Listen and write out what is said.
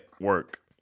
work